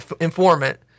informant